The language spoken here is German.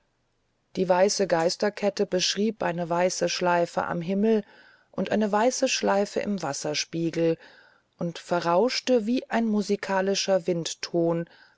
die weiße geisterkette beschrieb eine weiße schleife am himmel und eine weiße schleife im wasserspiegel und verrauschte wie ein musikalischer windton